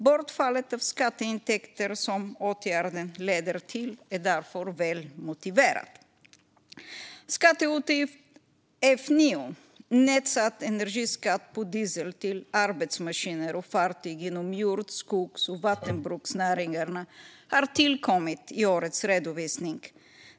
Bortfallet av skatteintäkter som åtgärden leder till är därför väl motiverat. Skatteutgift F9, Nedsatt energiskatt på diesel till arbetsmaskiner och fartyg inom jord, skogs och vattenbruksnäringarna, har tillkommit i årets redovisning.